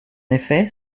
effet